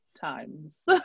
times